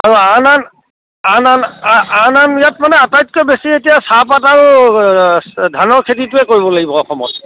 আৰু আন আন আন আন আন আন ইয়াত মানে আটাইতকৈ বেছি এতিয়া চাহপাত আৰু ধানৰ খেতিটোৱেই কৰিব লাগিব অসমত